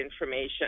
information